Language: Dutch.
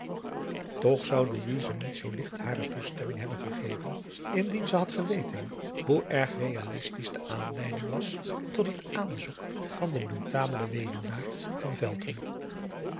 toch zou louise niet zoo licht hare toestemming hebben gegeven indien ze had geweten hoe erg realistisch de aanleiding was tot het aanzoek van den notabelen weduwnaar van